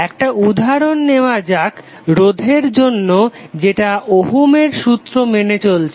একটা উদাহরণ নেওয়া যাক রোধের জন্য যেটা ওহমের সূত্র Ohm's law মেনে চলছে